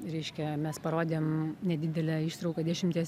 reiškia mes parodėm nedidelę ištrauką dešimties